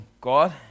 God